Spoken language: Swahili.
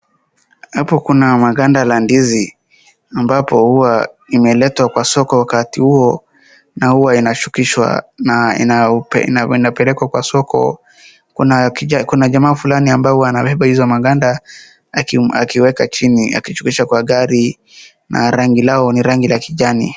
Hapo kuna maganda la ndizi ambapo huwa imeletwa kwa soko wakati huo na hua inashukishwa na inapelekwa kwa soko. Kuna jamaa fulani ambaye huwa anabeba hizo maganda akiweka chini, akishukisha kwa gari na rangi lao ni rangi la kijani.